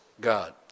God